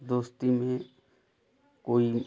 दोस्ती में कोई